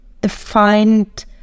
defined